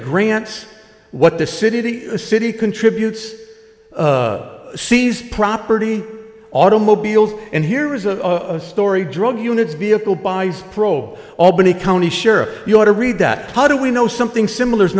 grants what the city a city contributes seize property automobiles and here is a story drug units vehicle by pro albany county sheriff you want to read that how do we know something similar is